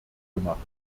gemacht